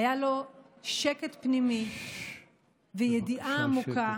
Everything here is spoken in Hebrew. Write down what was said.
היו לו שקט פנימי וידיעה עמוקה